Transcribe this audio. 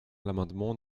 l’amendement